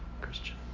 Christian